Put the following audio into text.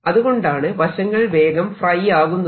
അതുകൊണ്ടാണ് വശങ്ങൾ വേഗം ഫ്രൈ ആകുന്നത്